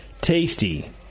Tasty